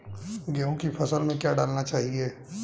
गेहूँ की फसल में क्या क्या डालना चाहिए?